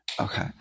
Okay